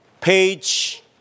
page